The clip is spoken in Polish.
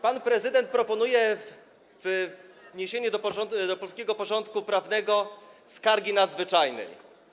Pan prezydent proponuje wniesienie do polskiego porządku prawnego skargi nadzwyczajnej.